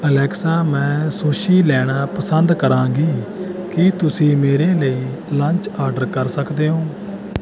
Alexa ਮੈਂ sushi ਲੈਣਾ ਪਸੰਦ ਕਰਾਂਗੀ ਕੀ ਤੁਸੀਂ ਮੇਰੇ ਲਈ ਲੰਚ ਆਡਰ ਕਰ ਸਕਦੇ ਹੋ